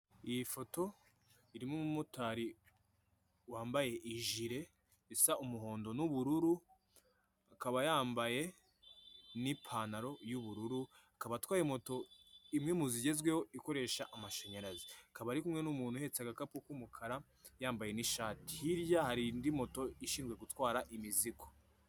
Iyi foto irimo umumotari wambaye ijire isa umuhondo n'ubururu, akaba yambaye n'ipantaro y'ubururu, akaba atwaye moto imwe mu zigezweho ikoresha amashanyarazi. Akaba ari kumwe n'umuntu uhetse agakapu k'umukara yambaye n'ishati. Hirya hari indi moto ishinzwe gutwara imizigo.